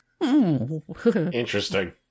Interesting